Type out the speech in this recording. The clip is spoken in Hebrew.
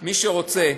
מי שרוצה.